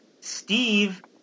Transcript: Steve